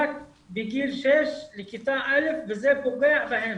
רק בגיל 6 לכיתה א' וזה פוגע בהם.